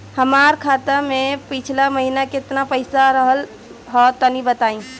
हमार खाता मे पिछला महीना केतना पईसा रहल ह तनि बताईं?